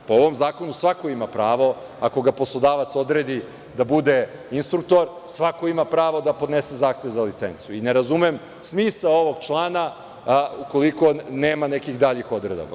Po ovom zakonu svako ima pravo, ako ga poslodavac odredi da bude instruktor, da podnese zahtev za licencu i ne razumem smisao ovog člana, ukoliko nema nekih daljih odredbi.